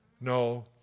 No